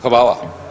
Hvala.